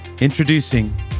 Introducing